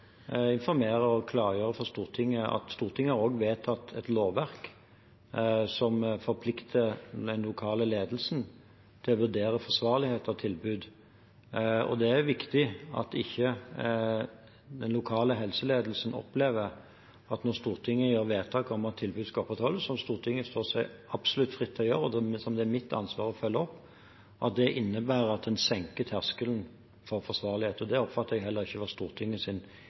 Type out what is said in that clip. informere og klargjøre for Stortinget at Stortinget også har vedtatt et lovverk som forplikter den lokale ledelsen til å vurdere forsvarligheten av tilbud. Det er viktig at ikke den lokale helseledelsen opplever at når Stortinget gjør vedtak om at tilbud skal opprettholdes – som Stortinget står absolutt fritt til å gjøre, og som det er mitt ansvar å følge opp – så innebærer det at en senker terskelen for forsvarlighet. Det oppfatter jeg heller ikke at var